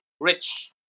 Rich